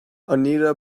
anita